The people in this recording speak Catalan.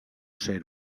ser